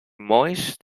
moist